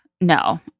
no